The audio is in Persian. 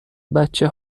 بچه